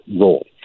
role